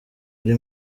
ari